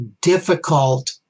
difficult